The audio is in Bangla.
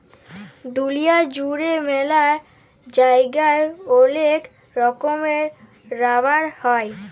দুলিয়া জুড়ে ম্যালা জায়গায় ওলেক রকমের রাবার হ্যয়